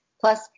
Plus